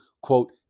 quote